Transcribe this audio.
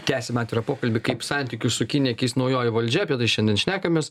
tęsim atvirą pokalbį kaip santykius su kinija keis naujoji valdžia apie tai šiandien šnekamės